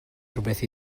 rywbeth